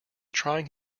trying